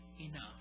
enough